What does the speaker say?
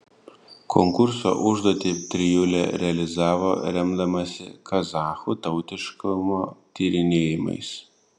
konkurso užduotį trijulė realizavo remdamasi kazachų tautiškumo tyrinėjimais